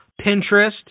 Pinterest